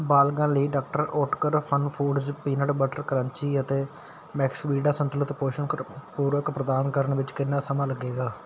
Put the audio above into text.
ਬਾਲਗਾਂ ਲਈ doctor Oetker fun foods peanut butter crunchy ਅਤੇ ਮੈਕਸਵੀਟਾ ਸੰਤੁਲਤ ਪੋਸ਼ਣ ਕਰ ਪੂਰਕ ਪ੍ਰਦਾਨ ਕਰਨ ਵਿੱਚ ਕਿੰਨਾ ਸਮਾਂ ਲੱਗੇਗਾ